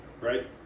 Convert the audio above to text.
right